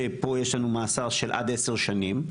שפה יש לנו מאסר של עד עשר שנים,